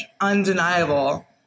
undeniable